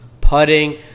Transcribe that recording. putting